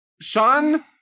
Sean